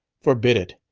forbid it.